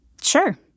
sure